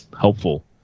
helpful